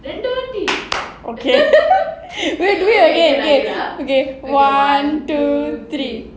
then dorothy okay where do it again okay one two three